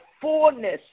fullness